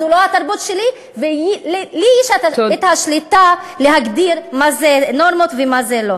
אז זו לא התרבות שלי ולי יש את השליטה להגדיר מה זה נורמות ומה לא.